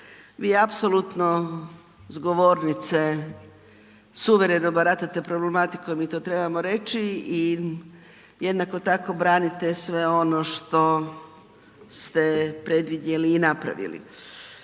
vi apsolutno s govornice suvereno baratate problematikom i to trebamo reći i jednako tako branite sve ono što ste predvidjeli i napravili.